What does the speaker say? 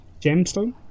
gemstone